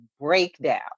breakdown